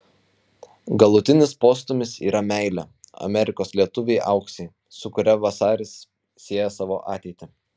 galutinis postūmis yra meilė amerikos lietuvei auksei su kuria vasaris sieja savo ateitį